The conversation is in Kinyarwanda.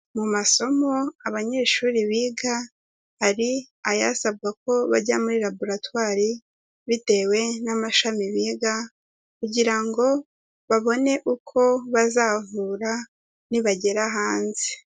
Mu masomo abanyeshuri biga hari ayasabwa ko bajya muri laboratwari bitewe n'amashami biga kugira ngo babone uko bazavura nibagera hanze.